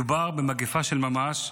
מדובר במגפה של ממש,